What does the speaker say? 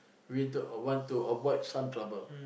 we don't or want to avoid some trouble